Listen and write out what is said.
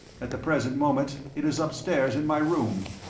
at the present moment it is upstairs in my room.